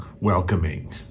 welcoming